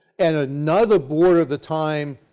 and another boarder, at the time,